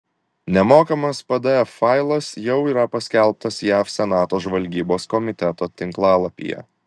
nemokamas pdf failas jau yra paskelbtas jav senato žvalgybos komiteto tinklalapyje